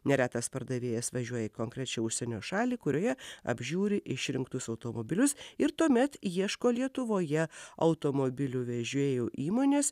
neretas pardavėjas važiuoja į konkrečią užsienio šalį kurioje apžiūri išrinktus automobilius ir tuomet ieško lietuvoje automobilių vežėjų įmonės